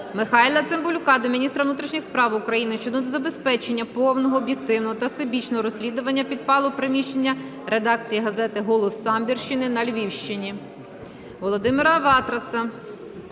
Михайла Цимбалюка до міністра внутрішніх справ України щодо забезпечення повного, об'єктивного та всебічного розслідування підпалу приміщення редакції газети "Голос Самбірщини" на Львівщині.